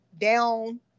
down